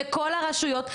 בכל הרשויות,